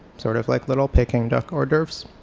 sort of like little peking duck hors d'oeuvres.